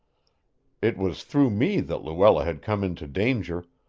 it was through me that luella had come into danger,